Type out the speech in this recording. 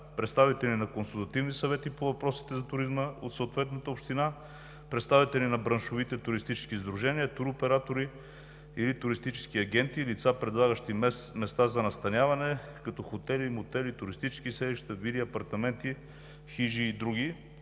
представители на консултативни съвети по въпросите за туризма от съответната община; с представители на браншовите туристически сдружения, туроператори или туристически агенти и лица, предлагащи места за настаняване като хотели, мотели, туристически селища, вили, апартаменти, хижи и други.